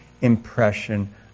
impression